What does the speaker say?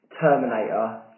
Terminator